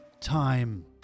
Time